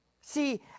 See